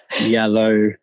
yellow